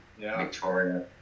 Victoria